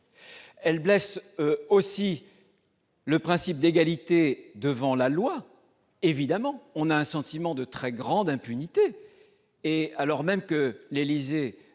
Elle blesse aussi le principe d'égalité devant la loi. On a en effet un sentiment de très grande impunité. Alors même que l'Élysée